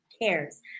cares